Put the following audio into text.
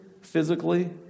physically